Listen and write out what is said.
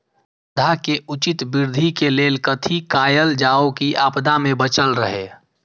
पौधा के उचित वृद्धि के लेल कथि कायल जाओ की आपदा में बचल रहे?